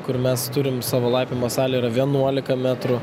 kur mes turim savo laipiojimo salę yra vienuolika metrų